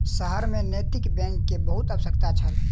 शहर में नैतिक बैंक के बहुत आवश्यकता छल